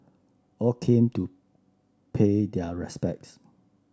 all came to pay their respects